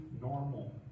normal